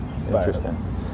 interesting